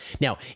Now